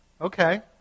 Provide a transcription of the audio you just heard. Okay